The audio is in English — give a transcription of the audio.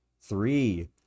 Three